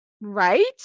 right